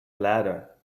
ladder